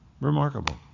Remarkable